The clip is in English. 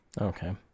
Okay